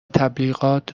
تبلیغات